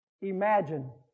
Imagine